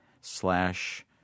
slash